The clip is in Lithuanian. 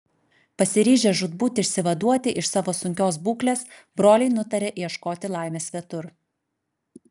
pasiryžę žūtbūt išsivaduoti iš savo sunkios būklės broliai nutarė ieškoti laimės svetur